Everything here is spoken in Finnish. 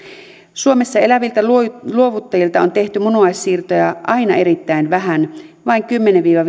suomessa eläviltä luovuttajilta on tehty munuaissiirtoja aina erittäin vähän vain kymmenessä viiva